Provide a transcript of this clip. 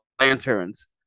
lanterns